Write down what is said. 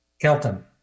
Kelton